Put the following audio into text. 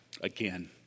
Again